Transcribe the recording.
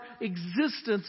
existence